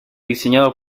diseñado